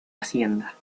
hacienda